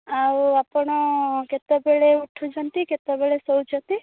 ଆଉ ଆପଣ କେତେବେଳେ ଉଠୁଛନ୍ତି କେତେବେଳେ ଶୋଉଛନ୍ତି